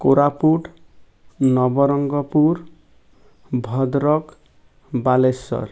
Koraput Nabarangpur Bhadrak Balasore